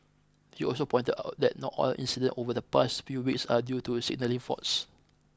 he also pointed out that not all incidents over the past few weeks are due to signalling faults